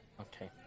okay